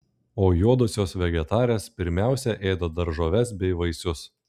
o juodosios vegetarės pirmiausia ėda daržoves bei vaisius